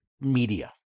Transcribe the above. media